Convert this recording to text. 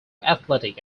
athletic